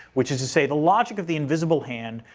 which is to say the logic of the invisible hand,